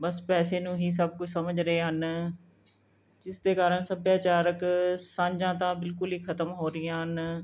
ਬਸ ਪੈਸੇ ਨੂੰ ਹੀ ਸਭ ਕੁਝ ਸਮਝ ਰਹੇ ਹਨ ਜਿਸ ਦੇ ਕਾਰਨ ਸੱਭਿਆਚਾਰਕ ਸਾਂਝਾਂ ਤਾਂ ਬਿਲਕੁਲ ਹੀ ਖਤਮ ਹੋ ਰਹੀਆਂ ਹਨ